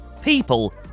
people